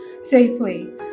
safely